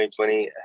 2020